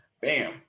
Bam